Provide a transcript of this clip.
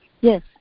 Yes